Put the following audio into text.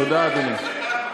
תודה, אדוני.